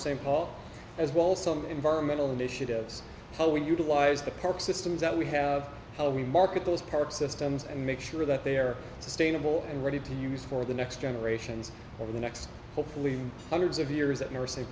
st paul as well some environmental initiatives how we utilize the park systems that we have how we market those parks systems and make sure that they're sustainable and ready to use for the next generations over the next hopefully hundreds of years that